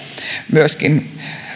myöskin